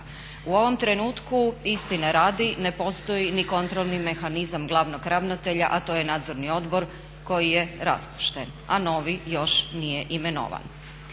U ovom trenutku istine radi ne postoji ni kontrolni mehanizam glavnog ravnatelja a to je nadzorni odbor koje je raspušten, a novi još nije imenovan.